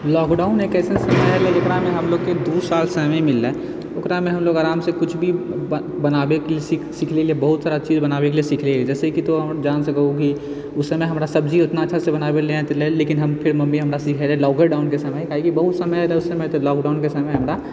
lockdown एक ऐसे समयमे एलै जकरामे हमलोगके दू साल समय मिललै ओकरामे हमलोग आरामसँ किछु भी बनाबैके लिए सीख लेलिए बहुत सारा चीज बनाबैके लिए सिखलिए जैसेकि तो जहनसँ कहूकि उस समय हमरा सब्जी ओतना अच्छासँ बनाबै लए नहि आबै रहै लेकिन फेर मम्मी हमरा सिखेलकै लॉकेडाउनके समयमे काहेकि बहुत समय एलै उस समय तऽ लॉकडाउनके समय हमरा